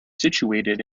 situated